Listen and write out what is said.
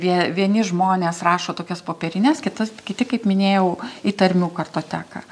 vie vieni žmonės rašo tokias popierines kitas kiti kaip minėjau į tarmių kartoteką